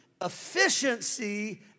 efficiency